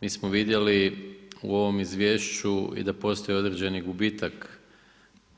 Mi smo vidjeli u ovom izvješću i da postoje određeni gubitak